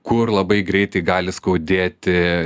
kur labai greitai gali skaudėti